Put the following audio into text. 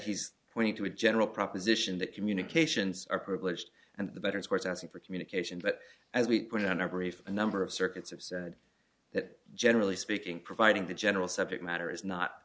he's pointing to a general proposition that communications are privileged and the better source asking for communication but as we put in our brief a number of circuits have said that generally speaking providing the general subject matter is not